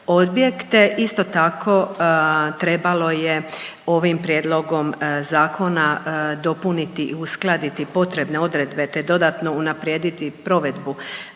Isto tako trebalo je ovim prijedlogom zakona dopuniti i uskladiti potrebne odredbe te dodatno unaprijediti provedbu